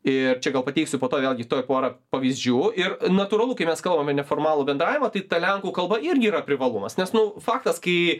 ir čia gal pateiksiu po to vėlgi tuoj porą pavyzdžių ir natūralu kai mes kalbame neformalų bendravimą tai ta lenkų kalba irgi yra privalumas nes nu faktas kai